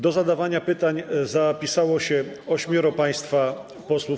Do zadawania pytań zapisało się ośmioro państwa posłów.